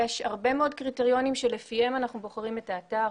יש הרבה מאוד קריטריונים שלפיהם אנחנו בוחרים את האתר.